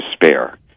despair